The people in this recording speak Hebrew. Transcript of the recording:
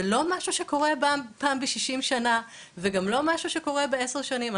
זה לא פעם שקורה פעם ב-60 שנה וגם לא שקורה אחת לעשר שנים,